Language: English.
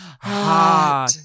Hot